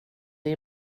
det